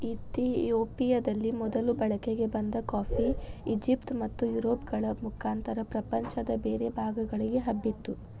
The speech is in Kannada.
ಇತಿಯೋಪಿಯದಲ್ಲಿ ಮೊದಲು ಬಳಕೆಗೆ ಬಂದ ಕಾಫಿ, ಈಜಿಪ್ಟ್ ಮತ್ತುಯುರೋಪ್ಗಳ ಮುಖಾಂತರ ಪ್ರಪಂಚದ ಬೇರೆ ಭಾಗಗಳಿಗೆ ಹಬ್ಬಿತು